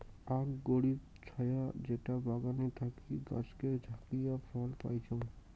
আক গরীব ছাওয়া যেটা বাগানে থাকি গাছকে ঝাকিয়ে ফল পাইচুঙ